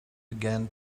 began